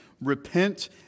Repent